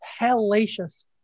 hellacious